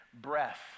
Breath